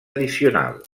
addicional